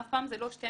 אף פעם זה לא 12